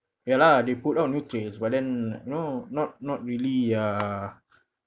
ya lah they put out new trains but then no not not really uh